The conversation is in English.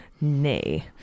Nay